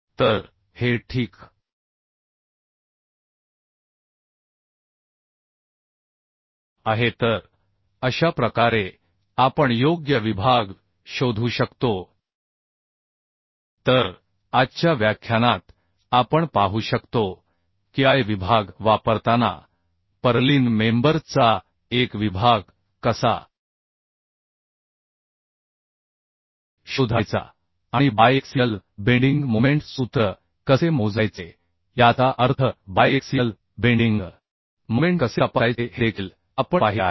तर हे ठीक आहे तर अशा प्रकारे आपण योग्य विभाग शोधू शकतो तर आजच्या व्याख्यानात आपण पाहू शकतो की I विभाग वापरताना पर्लिन मेंबर चा एक विभाग कसा शोधायचा आणि बायएक्सियल बेंडिंग मोमेंट सूत्र कसे मोजायचे याचा अर्थ बायएक्सियल बेंडिंग मोमेंट कसे तपासायचे हे देखील आपण पाहिले आहे